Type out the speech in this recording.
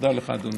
תודה לך, אדוני.